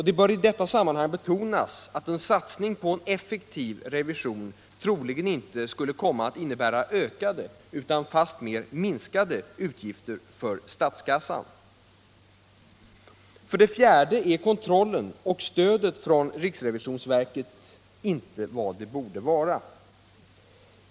Det bör i detta sammanhang betonas att en satsning på en effektiv revision troligen inte skulle komma att innebära ökade, utan fast mer minskade, utgifter för statskassan. För det fjärde är kontrollen och stödet från riksrevisionsverket inte vad de borde vara.